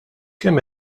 kemm